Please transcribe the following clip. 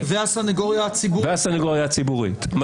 והסנגוריה הציבורית.